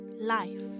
Life